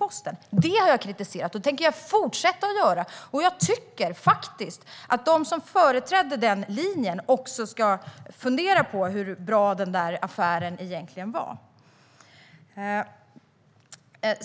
Jag tänker fortsätta att kritisera det, och jag tycker att de som företrädde den linjen ska fundera på hur bra den affären egentligen var. Det är